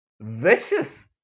vicious